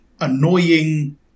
annoying